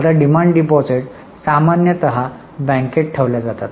आता demand deposit सामान्यत बँकेत ठेवल्या जातात